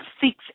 seeks